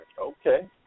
Okay